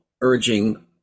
urging